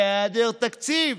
בהיעדר תקציב